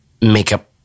makeup